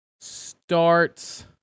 starts